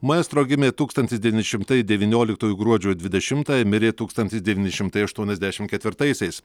maestro gimė tūkstantis devyni šimtai devynioliktųjų gruodžio dvidešimtąją mirė tūkstantis devyni šimtai aštuoniasdešim ketvirtaisiais